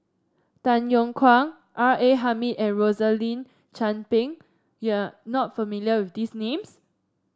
Tay Yong Kwang R A Hamid and Rosaline Chan Pang you are not familiar with these names